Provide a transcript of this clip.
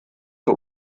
zur